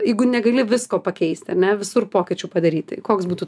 jeigu negali visko pakeisti ane visur pokyčių padaryti koks būtų